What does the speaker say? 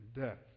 death